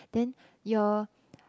then your